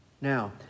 Now